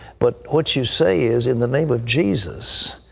but what you say is, in the name of jesus,